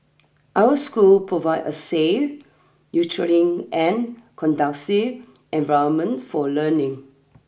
our school provide a safe nurturing and conducive environment for learning